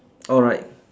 alright